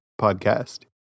podcast